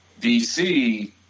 DC